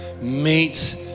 Meet